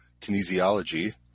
kinesiology